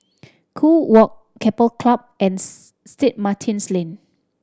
Kew Walk Keppel Club and Saint Martin's Lane